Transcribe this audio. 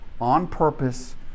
on-purpose